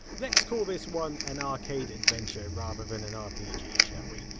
let's call this one an arcade adventure rather than an rpg shall we?